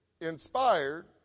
inspired